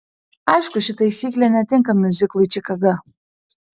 aišku ši taisyklė netinka miuziklui čikaga